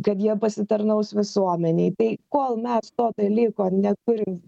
kad jie pasitarnaus visuomenei tai kol mes to dalyko neturim